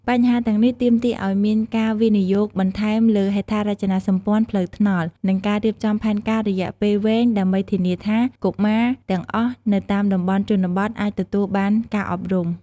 បញ្ហាទាំងនេះទាមទារឱ្យមានការវិនិយោគបន្ថែមលើហេដ្ឋារចនាសម្ព័ន្ធផ្លូវថ្នល់ និងការរៀបចំផែនការរយៈពេលវែងដើម្បីធានាថា កុមារទាំងអស់នៅតាមតំបន់ជនបទអាចទទួលបានការអប់រំ។